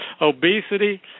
obesity